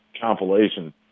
compilation